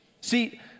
See